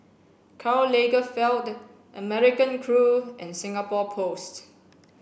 karl Lagerfeld American Crew and Singapore Post